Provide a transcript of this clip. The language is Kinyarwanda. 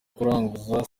kuraguza